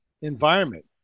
environment